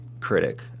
critic